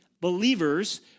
believers